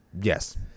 Yes